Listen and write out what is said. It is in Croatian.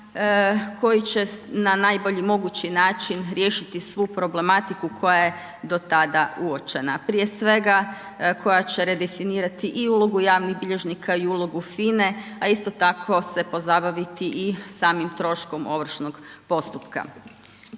koji će na najbolji mogući način riješiti svu problematiku koja je do tada uočena, prije svega koja će redefinirati i ulogu javnih bilježnika i ulogu FINA-e, a isto tako se pozabaviti i samim troškom ovršnog postupka.